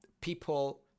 people